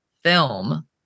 film